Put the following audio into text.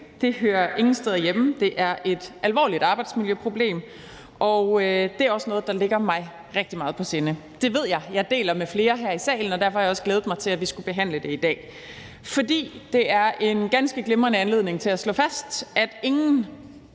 ikke hører nogen steder hjemme. Det er et alvorligt arbejdsmiljøproblem, og det er også noget, der ligger mig rigtig meget på sinde. Det ved jeg at jeg deler med flere her i salen, og derfor har jeg også glædet mig til, at vi skulle behandle det i dag. For det er en ganske glimrende anledning til at slå fast, at ingen